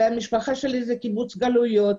המשפחה שלי היא קיבוץ גלויות.